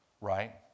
right